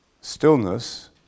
Stillness